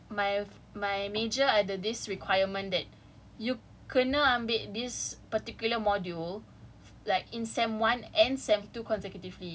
mm so sem one but my course my my major ada this requirement that you kena ambil this particular module